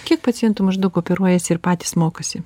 kiek pacientų maždaug operuojasi ir patys mokasi